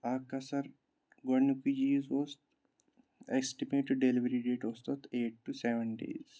اَکھ کثر گۅڈنیُکُے چیٖز اوس اِسٹِمیٹِڈ ڈِیلِوری ڈیٹ اوس تَتھ ایٹ ٹُو سیوَن ڈیز